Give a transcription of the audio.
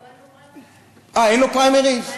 אה, אין לו פריימריז?